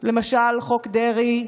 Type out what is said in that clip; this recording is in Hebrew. חוק דרעי,